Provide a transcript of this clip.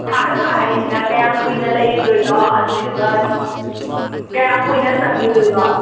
ꯁꯥꯍꯟꯕ ꯍꯥꯏꯁꯤꯅ ꯀꯌꯥꯝ ꯀꯨꯏꯅ ꯂꯩꯗꯣꯏꯅꯣ ꯑꯗꯨꯏꯗꯨꯒ ꯀꯌꯥꯝ ꯀꯨꯏꯅ ꯆꯪꯈꯤꯗꯣꯏꯅꯣ